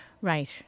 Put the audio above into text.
Right